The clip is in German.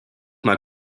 mal